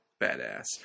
badass